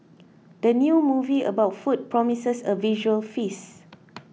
the new movie about food promises a visual feast